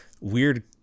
weird